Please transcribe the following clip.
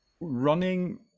running